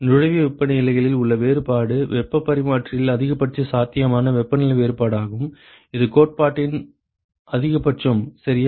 நுழைவு வெப்பநிலைகளில் உள்ள வேறுபாடு வெப்பப் பரிமாற்றியில் அதிகபட்ச சாத்தியமான வெப்பநிலை வேறுபாடாகும் இது கோட்பாட்டின் அதிகபட்சம் சரியா